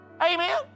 Amen